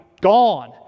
gone